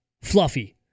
fluffy